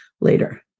later